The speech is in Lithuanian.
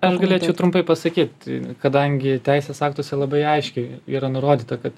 aš galėčiau trumpai pasakyt kadangi teisės aktuose labai aiškiai yra nurodyta kad